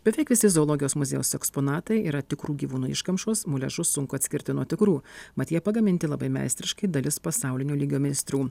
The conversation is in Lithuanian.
beveik visi zoologijos muziejaus eksponatai yra tikrų gyvūnų iškamšos muliažus sunku atskirti nuo tikrų mat jie pagaminti labai meistriškai dalis pasaulinio lygio meistrų